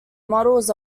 models